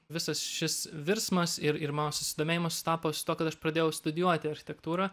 visas šis virsmas ir ir mano susidomėjimas sutapo su tuo kad aš pradėjau studijuoti architektūrą